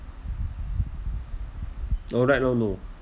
no right no no